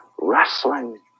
wrestling